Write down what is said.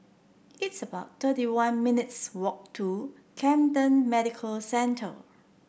it's about thirty one minutes' walk to Camden Medical Centre